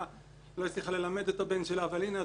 ולא הצליחה ללמד את הבן שלה אבל הנה,